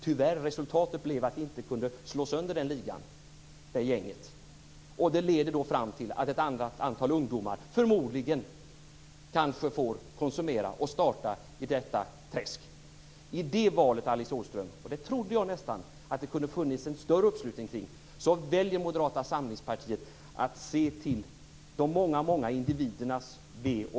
Tyvärr blev resultatet att vi inte kunde slå sönder den ligan. Det leder då fram till att ett antal ungdomar kanske hamnar i detta träsk. I det valet, Alice Åström, väljer Moderata samlingspartiet att se till de många individernas väl och ve. Och det trodde jag nästan att det kunde finnas en större uppslutning kring.